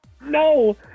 No